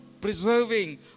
preserving